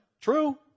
true